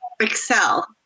excel